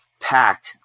packed